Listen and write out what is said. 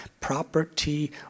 property